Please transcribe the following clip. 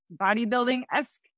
bodybuilding-esque